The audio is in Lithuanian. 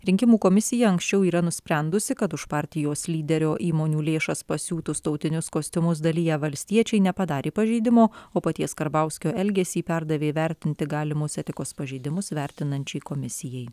rinkimų komisija anksčiau yra nusprendusi kad už partijos lyderio įmonių lėšas pasiūtus tautinius kostiumus daliję valstiečiai nepadarė pažeidimo o paties karbauskio elgesį perdavė įvertinti galimus etikos pažeidimus vertinančiai komisijai